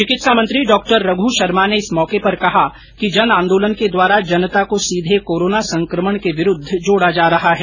चिकित्सा मंत्री डॉ रघ् शर्मा ने इस मौके पर कहा कि जन आन्दोलन के द्वारा जनता को सीधे कोरोना संक्रमण के विरूद्व जोड़ा जा रहा है